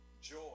joy